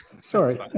sorry